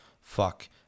Fuck